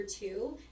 two